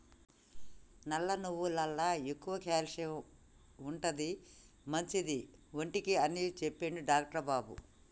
నల్ల నువ్వులల్ల ఎక్కువ క్యాల్షియం ఉంటది, మంచిది ఒంటికి అని చెప్పిండు డాక్టర్ బాబు